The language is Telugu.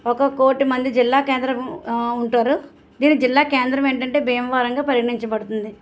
ఒక కోటి మంది జిల్లా కేంద్రం ఉంటారు దీని జిల్లా కేంద్రం ఏంటంటే భీమవరంగా పరిగణించబడుతుంది